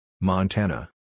Montana